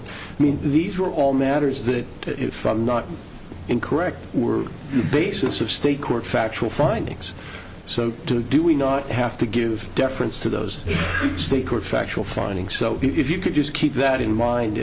fourth i mean these were all matters that if i'm not incorrect were basis of state court factual findings so to do we not have to give deference to those state court factual findings so if you could just keep that in mind